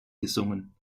gesungen